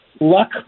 luck